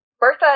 Bertha